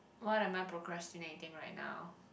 what am I procrastinating right now